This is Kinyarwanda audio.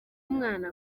umwana